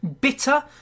bitter